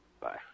Bye